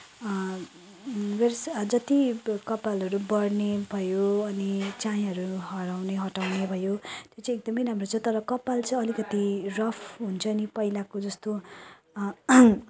मेरो चाहिँ जत्ति कपालहरू बढ्ने भयो अनि चायाहरू हराउने हटाउने भयो यो चाहिँ एकदमै राम्रो छ तर कपाल चाहिँ अलिकति रफ् हुन्छ अनि पहिलाको जस्तो